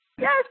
Yes